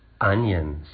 Onions